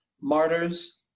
martyrs